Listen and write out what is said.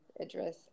Idris